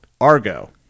Argo